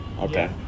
Okay